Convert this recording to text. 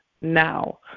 now